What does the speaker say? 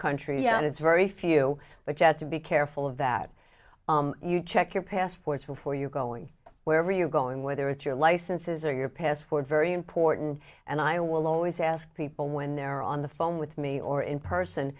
country and it's very few but yet to be careful of that you check your passports before you're going wherever you're going whether it's your licenses or your passport very important and i will always ask people when they're on the phone with me or in person